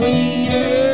Leader